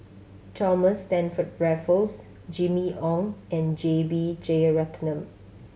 Thomas Stamford Raffles Jimmy Ong and J B Jeyaretnam